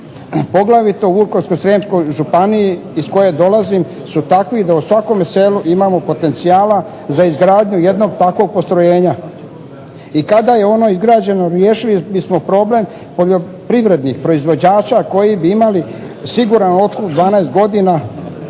poglavito u Vukovarsko-srijemskoj županiji iz koje dolazim su takvi da u svakome selu imamo potencijala za izgradnju jednog takvog postrojenja. I kada je ono izgrađeno riješili bismo problem poljoprivrednih proizvođača koji bi imali siguran otkup 12 godina